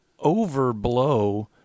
overblow